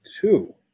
two